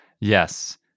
Yes